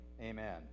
Amen